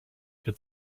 der